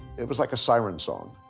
it was like a siren song.